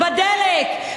בדלק.